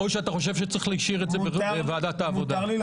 או אתה חושב שצריך להשאיר את זה בוועדת העבודה?